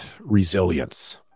resilience